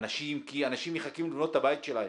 כי אנשים מחכים לבנות את הבית שלהם.